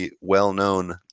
well-known